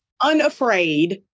unafraid